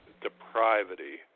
depravity